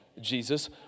Jesus